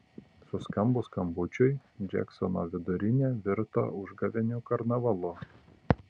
suskambus skambučiui džeksono vidurinė virto užgavėnių karnavalu